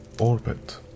orbit